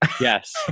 Yes